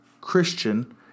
Christian